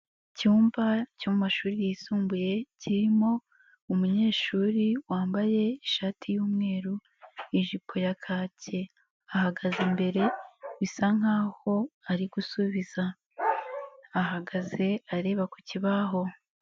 Icyumba cyo mu mashuri yisumbuye kirimo umunyeshuri wambaye ishati y'umweru, ijipo ya kake ahagaze imbere bisa nkaho ari gusubiza, ahagaze areba ku kibaho.